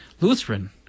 Lutheran